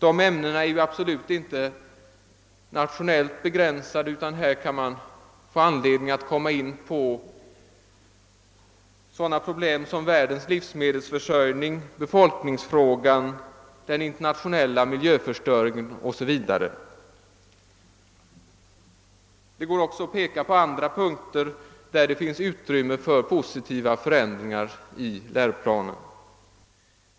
De ämnena är ju absolut inte nationellt begränsade, utan man kan med fördel komma in på sådana problem som världens = livsmedelsförsörjning, befolkningsfrågan, den internationella miljöförstöringen o. s. Vv. | Det går också att peka på andra punkter där det finns utrymme för positiva förändringar i läroplanen.